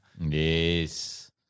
Yes